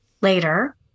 later